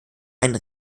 einen